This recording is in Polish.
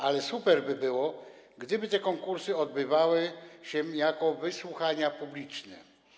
Ale super by było, gdyby te konkursy odbywały się jako wysłuchania publiczne.